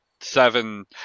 Seven